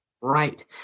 Right